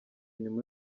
nyuma